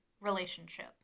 relationship